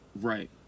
Right